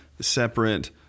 separate